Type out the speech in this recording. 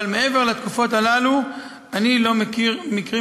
אבל מעבר לתקופות הללו אני לא מכיר מקרים